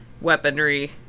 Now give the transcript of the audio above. weaponry